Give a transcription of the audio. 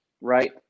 right